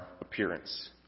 appearance